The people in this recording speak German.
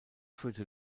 führte